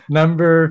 number